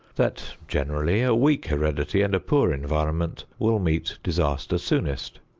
that, generally, a weak heredity and a poor environment will meet disaster soonest.